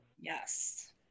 Yes